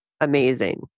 amazing